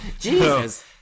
Jesus